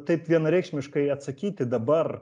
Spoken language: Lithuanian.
taip vienareikšmiškai atsakyti dabar